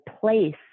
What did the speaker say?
place